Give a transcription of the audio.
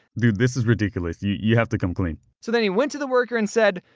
dude, this is ridiculous. you-you have to come clean. so then he went to the worker and said,